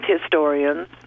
historians